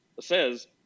says